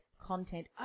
content